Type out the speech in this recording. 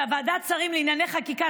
שוועדת השרים לענייני חקיקה,